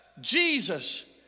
Jesus